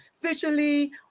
visually